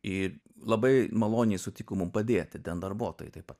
ir labai maloniai sutiko mum padėti ten darbuotojai taip pat